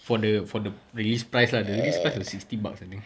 for the for the release price lah the release price is sixty bucks I think